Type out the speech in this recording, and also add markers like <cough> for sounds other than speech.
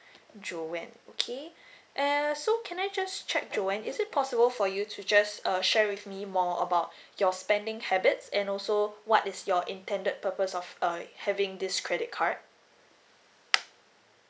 <breath> joanne okay and also can I just check joanne is it possible for you to just uh share with me more about <breath> your spending habits and also what is your intended purpose of uh having this credit card